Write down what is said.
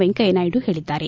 ವೆಂಕಯ್ಯ ನಾಯ್ಡು ಹೇಳಿದ್ದಾರೆ